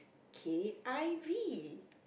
K_I_V